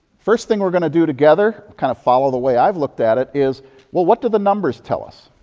first thing we're going to do together, kind of follow the way i looked at it, is what what do the numbers tell us?